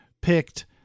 picked